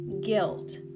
guilt